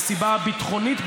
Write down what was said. הסיבה הביטחונית,